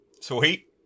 Sweet